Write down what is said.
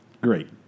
Great